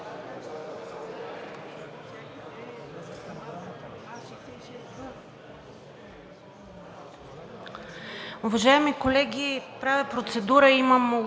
Уважаеми колеги, правя процедура. Имам молба